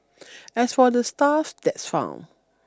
as for the stuff that's found